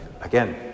again